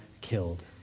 killed